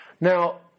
now